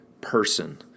person